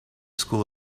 school